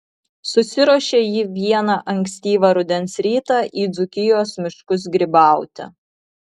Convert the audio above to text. susiruošė ji vieną ankstyvą rudens rytą į dzūkijos miškus grybauti